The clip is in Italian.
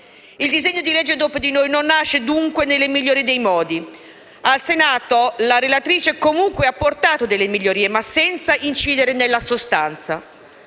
Il disegno di legge sul "dopo di noi" non nasce dunque nel migliore dei modi. Al Senato la relatrice ha apportato delle migliorie, ma senza incidere nella sostanza.